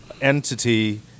entity